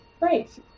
Right